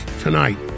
tonight